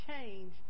change